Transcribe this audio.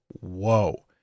whoa